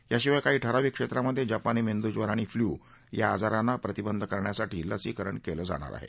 याशिवाय काही ठराविक क्षेत्रांमध्ये जपानी मेंदुज्वर आणि फल्यू या आजारांना प्रतिबंध करण्यासाठी लसीकरण केलं जाणार आहे